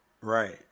Right